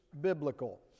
biblical